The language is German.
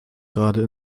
gerade